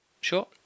Sure